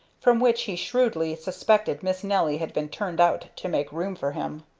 from which he shrewdly suspected miss nelly had been turned out to make room for him.